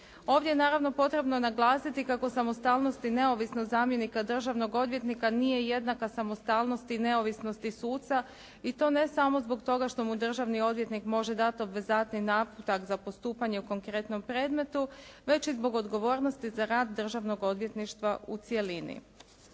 Ovdje je naravno potrebno naglasiti kako samostalnost i neovisnost zamjenika državnog odvjetnika nije jednaka samostalnosti i neovisnosti suca i to ne samo zbog toga što mu državni odvjetnik može dati obvezatniji naputak za postupanje u konkretnom predmetu već i zbog odgovornosti za rad državnog odvjetništva u cjelini.